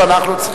לא נתקבלה.